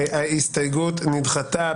ההסתייגות נדחתה.